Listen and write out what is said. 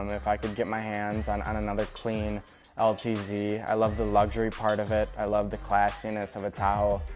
if i could get my hands on on another clean um ltz. i love the luxury part of it. i love the classiness of the tahoe.